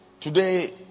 Today